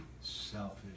selfish